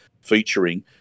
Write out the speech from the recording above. featuring